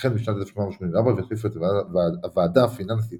החל משנת 1884, והחליפה את הוועדה הפיננסית